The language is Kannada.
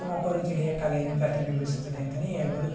ತುಮಕೂರು ಜಿಲ್ಲೆಯ ಕಲೆಯನ್ನು ಪ್ರತಿಬಿಂಬಿಸುತ್ತದೆ ಅಂತನೇ ಹೇಳ್ಬೋದು